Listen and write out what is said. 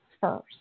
first